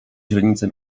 źrenice